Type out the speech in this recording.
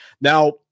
now